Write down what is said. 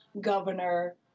governor